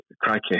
Crikey